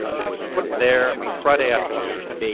it was put there on a friday afternoon.